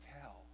tell